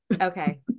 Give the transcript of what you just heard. okay